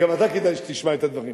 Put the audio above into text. וגם אתה כדאי שתשמע את הדברים.